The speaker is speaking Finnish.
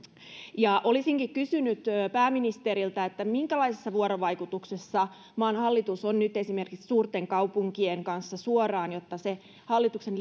olisinkin kysynyt pääministeriltä minkälaisessa vuorovaikutuksessa maan hallitus on nyt esimerkiksi suurten kaupunkien kanssa suoraan jotta hallituksen